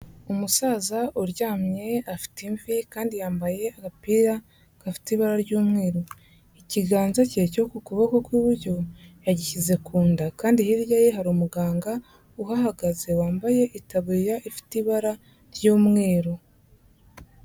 Umusaza uryamye afite imvi kandi yambaye agapira gafite ibara ry'umweru, ikiganza cye cyo ku kuboko kw'iburyo yagishyize ku nda kandi hirya ye hari umuganga uhahagaze wambaye itaburiya ifite ibara ry'umweru.